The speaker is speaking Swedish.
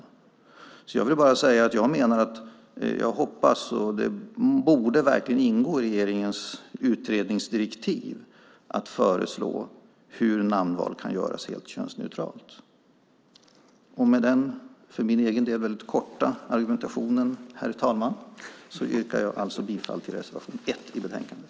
Jag tycker, och jag hoppas att det blir så, att det verkligen borde ingå i regeringens utredningsdirektiv att föreslå hur namnval kan göras helt könsneutralt. Med denna, för min egen del väldigt korta, argumentation yrkar jag bifall till reservation 1 i betänkandet.